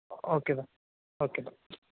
okay bye okay bye